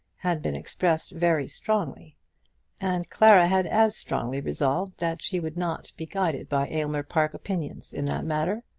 had been expressed very strongly and clara had as strongly resolved that she would not be guided by aylmer park opinions in that matter.